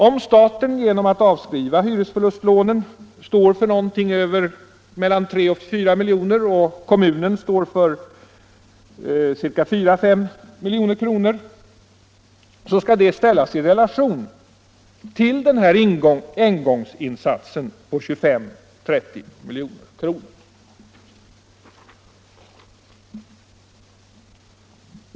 Om staten genom att avskriva hyresförlustlånen står för någonting mellan 3 och 4 milj.kr. och kommunen står för mellan 4 och 5 milj.kr. skall det ställas i relation till engångsinsatsen på 25-30 milj.kr.